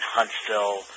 Huntsville